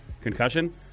Concussion